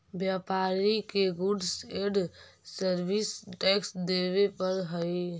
व्यापारि के goods and service tax देवे पड़ऽ हई